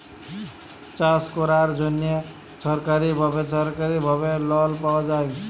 চাষ ক্যরার জ্যনহে ছরকারি বা বেছরকারি ভাবে লল পাউয়া যায়